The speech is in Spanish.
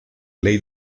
ley